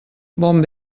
bon